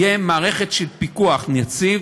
תהיה מערכת של פיקוח, נציב